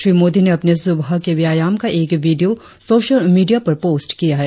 श्री मोदी ने अपने सुबह के व्यायाम का एक वीडियों सोशल मीडिया पर पोस्ट किया है